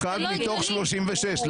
אחד מתוך 36,